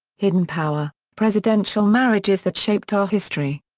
hidden power presidential marriages that shaped our history.